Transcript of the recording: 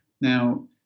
Now